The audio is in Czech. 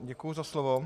Děkuju za slovo.